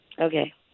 Okay